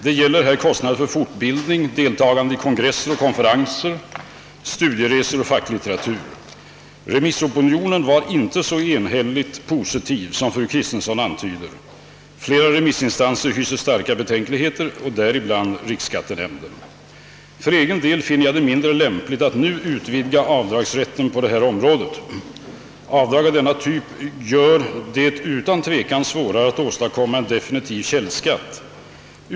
Det gäller här kostnader för fortbildning, deltagande i kongresser och konferenser, studieresor och facklitteratur. Remissopinionen var inte så enhälligt positiv som fru Kristensson antyder. Flera remissinstanser hyste starka betänkligheter, däribland riksskattenämnden. För egen del finner jag det mindre lämpligt att nu utvidga avdragsrätten på detta område. Avdrag av denna typ gör det utan tvekan svårare att åstadkomma en definitiv källskatt.